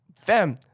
Fam